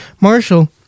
Marshall